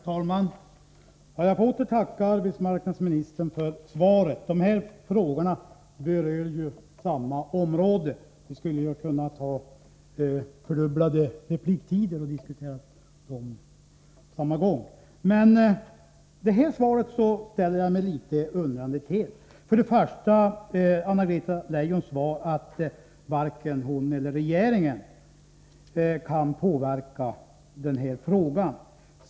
Herr talman! Jag får tacka arbetsmarknadsministern för svaret. Mina två frågor berör samma områden, och vi skulle ha kunnat ha fördubblade repliktider och diskuterat dem på samma gång. Det här svaret ställer jag mig litet undrande till. Anna-Greta Leijon sade att varken hon eller regeringen kan påverka den här frågan.